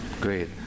Great